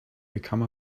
become